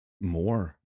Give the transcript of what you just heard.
More